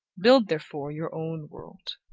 build, therefore, your own world.